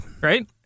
right